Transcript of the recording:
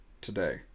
today